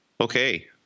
okay